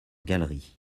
galeries